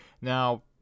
Now